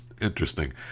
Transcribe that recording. interesting